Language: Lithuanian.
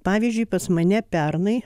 pavyzdžiui pas mane pernai